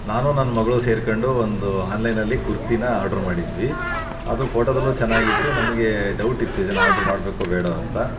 ನಾನು ನನ್ನ ಮಗಳು ಸೇರಿಕೊಂಡು ಒಂದು ಆನ್ಲೈನಲ್ಲಿ ಕುರ್ತಿನ ಆರ್ಡರ್ ಮಾಡಿದ್ವಿ ಅದು ಫೋಟೋದಲ್ಲೂ ಚೆನ್ನಾಗಿತ್ತು ನಮಗೆ ಡೌಟಿತ್ತು ಇದನ್ನು ಆರ್ಡರ್ ಮಾಡಬೇಕೋ ಬೇಡವೋ ಅಂತ